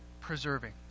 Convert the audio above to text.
preserving